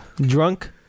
Drunk